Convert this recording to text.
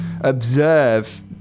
observe